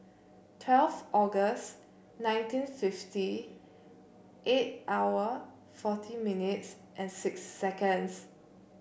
twelfth August nineteen fifty eight hour forty minutes and six seconds